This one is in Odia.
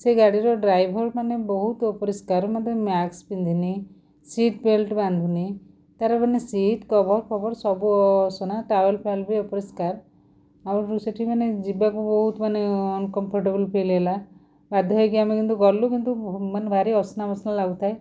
ସେ ଗାଡ଼ିର ଡ୍ରାଇଭର୍ ମାନେ ବହୁତ ଅପରିଷ୍କାର ମାନେ ମାସ୍କ୍ ପିନ୍ଧିନି ସିଟ୍ ବେଲ୍ଟ୍ ବାନ୍ଧୁନି ତା'ର ମାନେ ସିଟ୍ କଭର୍ ପଭର ସବୁ ଅସନା ଟାୱଲ୍ ଫାୱଲ୍ ବି ଅପରିଷ୍କାର ଆଉ ସେଇଠି ମାନେ ଯିବାକୁ ବହୁତ ମାନେ ଅନ୍କମ୍ଫଟେବୁଲ୍ ଫିଲ୍ ହେଲା ବାଧ୍ୟ ହେଇକି ଆମେ କିନ୍ତୁ ଗଲୁ କିନ୍ତୁ ଭାରି ଅସନା ମସନା ଲାଗୁଥାଏ